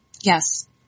Yes